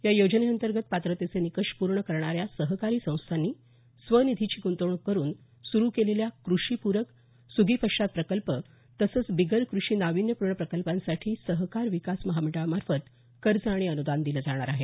या योजनेंतर्गत पात्रतेचे निकष पूर्ण करणाऱ्या सहकारी संस्थांनी स्वनिधीची गुंतवणूक करून सुरू केलेल्या कृषीपूरक सुगीपश्चात प्रकल्प तसंच बिगर कृषी नाविन्यपूर्ण प्रकल्पांसाठी सहकार विकास महामंडळामार्फत कर्ज आणि अनुदान दिलं जाणार आहे